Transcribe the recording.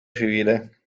civile